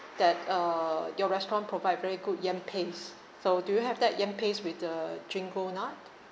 that uh your restaurant provide very good yam paste so do you have that yam paste with the gingko nut